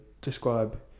describe